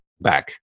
Back